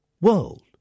world